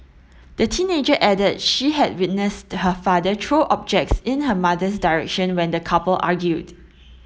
the teenager added she had witnessed her father throw objects in her mother's direction when the couple argued